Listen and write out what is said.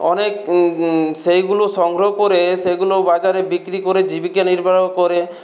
অনেক সেইগুলো সংগ্রহ করে সেগুলো বাজারে বিক্রি করে জীবিকা নির্বাহ করে